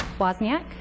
Wozniak